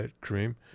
Cream